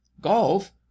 golf